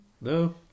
No